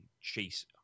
chase